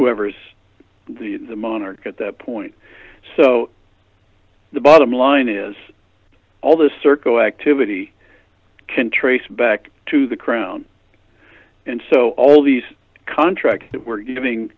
whoever's the monarch at that point so the bottom line is all this circle activity can trace back to the crown and so all these contracts that we're giving